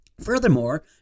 Furthermore